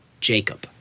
Jacob